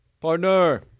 Partner